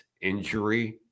injury